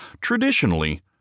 Traditionally